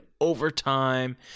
overtime